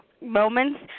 moments